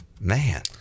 Man